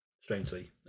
strangely